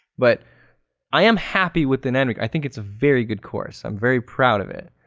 but i am happy with anatomy. i think it's a very good course. i'm very proud of it.